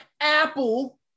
Apple